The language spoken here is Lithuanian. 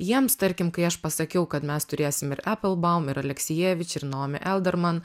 jiems tarkim kai aš pasakiau kad mes turėsim ir eplbaum ir aleksijevič ir naomi alderman